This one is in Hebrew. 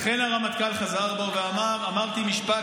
אכן הרמטכ"ל חזר בו ואמר: אמרתי משפט